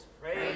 Praise